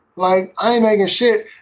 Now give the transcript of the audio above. like, i know your shit.